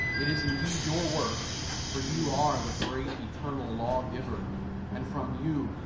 it is indeed your work for you are the great eternal law giver and from you,